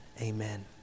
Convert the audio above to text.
Amen